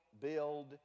build